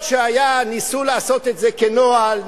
אף שניסו לעשות את זה כנוהל,